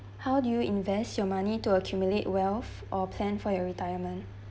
how do you invest your money to accumulate wealth or plan for your retirement